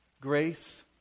Grace